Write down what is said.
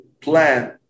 plan